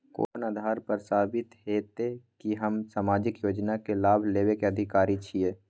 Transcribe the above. कोन आधार पर साबित हेते की हम सामाजिक योजना के लाभ लेबे के अधिकारी छिये?